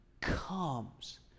comes